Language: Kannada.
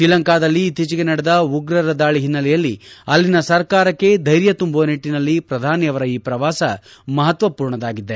ಶೀಲಂಕಾದಲ್ಲಿ ಇತ್ತೀಚೆಗೆ ನಡೆದ ಉಗ್ರರ ದಾಳಿ ಹಿನ್ನೆಲೆಯಲ್ಲಿ ಅಲ್ಲಿನ ಸರ್ಕಾರಕ್ಕೆ ಥೈರ್ಯ ತುಂಬುವ ನಿಟ್ಟನಲ್ಲಿ ಶ್ರಧಾನಿ ಅವರ ಈ ಶ್ರವಾಸ ಮಹತ್ವ ಪೂರ್ಣದ್ದಾಗಿದೆ